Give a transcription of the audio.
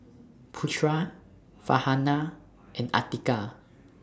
Putra Farhanah and Atiqah